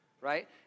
right